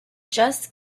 just